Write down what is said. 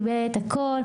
קיבל את הכל.